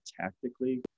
tactically